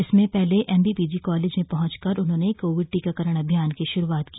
इसमे पहले MB PG college में पहुंचकर उन्होंने कोविड टीकाकरण अभियान की शुरुआत की